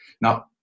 Now